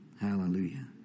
Hallelujah